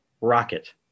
rocket